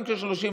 גם אם יש 30%,